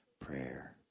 Prayer